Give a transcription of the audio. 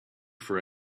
for